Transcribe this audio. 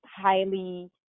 highly